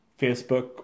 Facebook